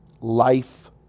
life